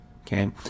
Okay